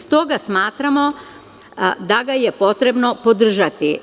S toga smatramo da ga je potrebno podržati.